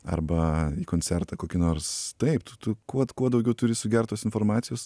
arba į koncertą kokį nors taip tu tu kuo kuo daugiau turi sugert tos informacijos